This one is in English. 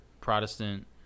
Protestant